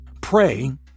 Pray